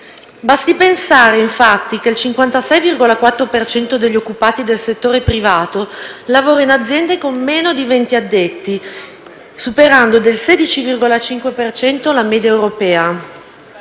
Basti pensare infatti che il 56,4 per cento degli occupati del settore privato lavora in aziende con meno di 20 addetti, superando del 16,5 per cento la media europea.